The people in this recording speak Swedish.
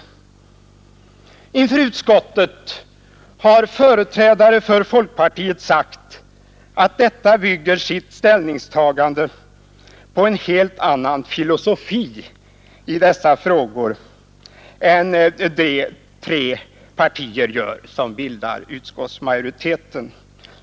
; Onsdagen den Inför utskottet har företrädare för folkpartiet sagt att det bygger sitt 24 maj 1972 ställningstagande på en helt annan filosofi i dessa frågor än de tre partier ————— gör som har bildat utskottsmajoriteten.